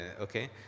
okay